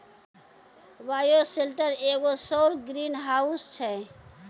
bioshelter एगो सौर greenhouse छै